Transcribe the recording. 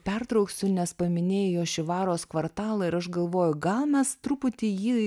pertrauksiu nes paminėjai jošivaros kvartalą ir aš galvoju gal mes truputį jį